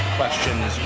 questions